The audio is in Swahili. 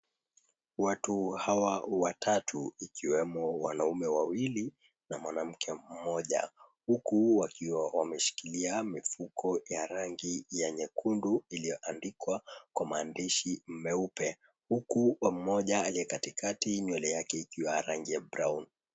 Watu hawa watatu ikiwemo mwanamke mmoja na wanaume wawili huku wakiwa wameshikilia mifiko ya rangi ya nyekundu iliyoandikwa kwa maandishi meupe huku mmoja aliyekatikati nywele yake ikiwa ya brown.